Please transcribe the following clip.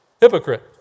Hypocrite